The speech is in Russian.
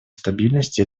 стабильности